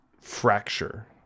fracture